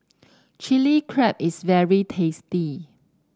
Chilli Crab is very tasty